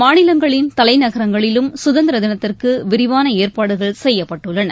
மாநிலங்களின் தலைநகரங்களிலும் சுதந்திர தினத்திற்கு விரிவான ஏற்பாடுகள் செய்யப்பட்டுள்ளன